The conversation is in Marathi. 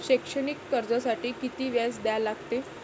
शैक्षणिक कर्जासाठी किती व्याज द्या लागते?